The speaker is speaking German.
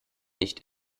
nicht